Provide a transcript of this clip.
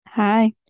hi